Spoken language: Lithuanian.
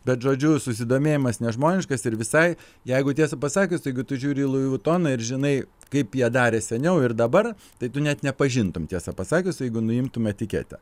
bet žodžiu susidomėjimas nežmoniškas ir visai jeigu tiesą pasakius jeigu tu žiūri į lui vutoną ir žinai kaip jie darė seniau ir dabar tai tu net nepažintum tiesą pasakius jeigu nuimtum etiketę